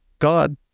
God